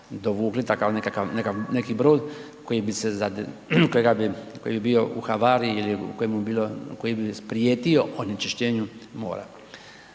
koji bi se, koji je bio u havariji ili koji bi prijetio onečišćenju mora.